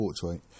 Portrait